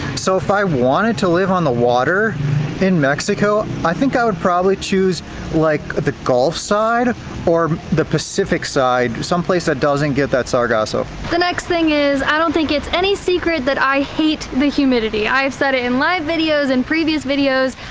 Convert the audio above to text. so if i wanted to live on the water in mexico, i think i would probably choose like the gulf side, or the pacific side, some place that doesn't get that sargasso. the next thing is i don't think it's any secret that i hate the humidity. i've said it in live videos, in previous videos.